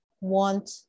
want